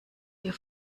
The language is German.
wir